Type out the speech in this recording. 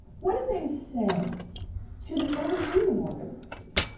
what did they say to the early union organizers?